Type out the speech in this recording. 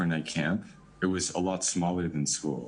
שהיו קטנים יותר מבית הספר,